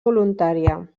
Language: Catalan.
voluntària